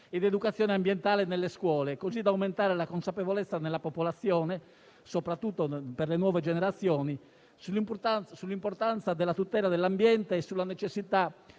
ed educazione ambientale nelle scuole, così da aumentare la consapevolezza nella popolazione, soprattutto per le nuove generazioni, sull'importanza della tutela dell'ambiente, sulla necessità